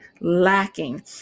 lacking